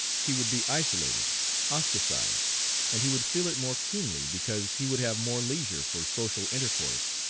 he would be isolated ostracized and he would feel it more keenly, because he would have more leisure for social intercourse,